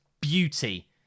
beauty